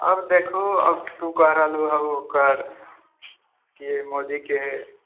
आब देखू आब तू कह रहलूहऽ ओकर की मोदी के